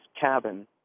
cabin